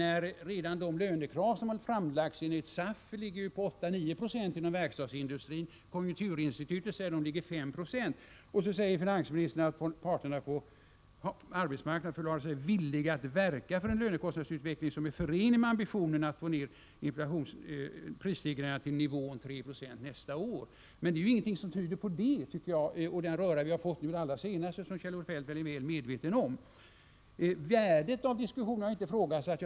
De lönekrav som enligt SAF har framlagts inom verkstadsindustrin ligger nämligen på 8-9 96. Konjunkturinstitutet säger att de ligger på 7 7o. Och så säger finansministern att parterna på arbetsmarknaden förklarat sig villiga att verka för en lönekostnadsutveckling som är förenlig med ambitionen att få ner prisstegringarna till 3 Zo nästa år. Men det finns ingenting som tyder på det. Den röra som vi fått den allra senaste tiden är Kjell-Olof Feldt väl medveten om. Värdet av diskussionerna har inte ifrågasatts.